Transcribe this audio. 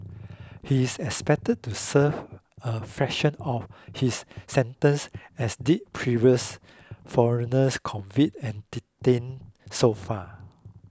he is expected to serve a fraction of his sentence as did previous foreigners convicted and detained so far